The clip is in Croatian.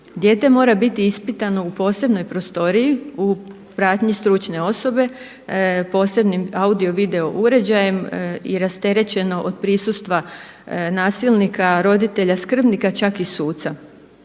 dijete mora biti ispitano u posebnoj prostoriji u pratnji stručne osobe posebnim audio-video uređajem i rasterećeno od prisustva nasilnika, roditelja, skrbnika čak i suca.